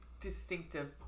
distinctive